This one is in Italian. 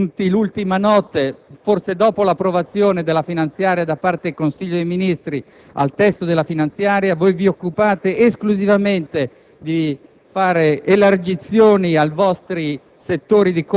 ma, in realtà, nei più di 100 articoli aggiunti l'ultima notte, forse dopo l'approvazione da parte del Consiglio dei ministri del testo della finanziaria, vi occupate esclusivamente di